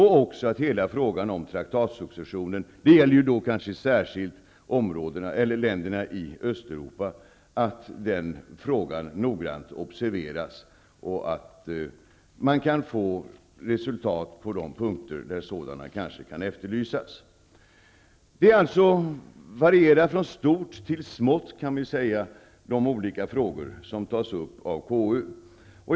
Hela frågan om traktatsuccessionen -- särskilt gäller det kanske länderna i Östeuropa -- observeras noga. Man kan få resultat på de punkter där sådana kanske kan efterlysas. Man kan säga att det varierar från stort till smått när det gäller de olika frågor som tas upp av KU.